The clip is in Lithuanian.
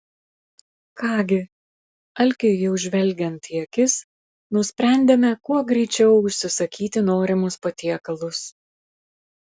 ką gi alkiui jau žvelgiant į akis nusprendėme kuo greičiau užsisakyti norimus patiekalus